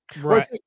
right